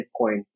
Bitcoin